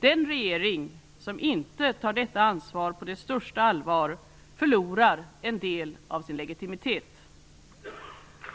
Den regering som inte tar detta ansvar på det största allvar förlorar en del av sin legitimitet.